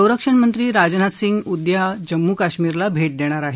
संरक्षण मंत्री राजनाथ सिंग उद्या जम्मू काश्मीरला भेट देणार आहेत